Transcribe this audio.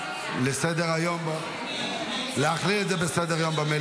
מה נסגר אתכם?